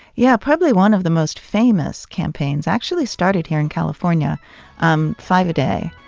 yeah. probably one of the most famous campaigns actually started here in california um five a day.